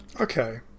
Okay